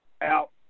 out